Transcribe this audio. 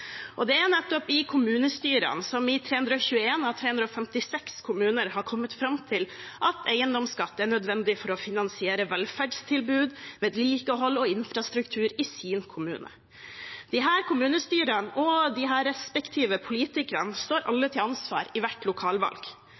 Og det er nettopp kommunestyrene som i 321 av 356 kommuner har kommet fram til at eiendomsskatt er nødvendig for å finansiere velferdstilbud, vedlikehold og infrastruktur i sin kommune. Disse kommunestyrene og de respektive politikerne står alle til ansvar i hvert lokalvalg.